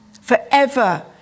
forever